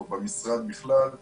או במשרד בכלל.